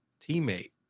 teammate